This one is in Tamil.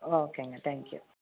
ஓகேங்க தேங்க் யூ